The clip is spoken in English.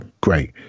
great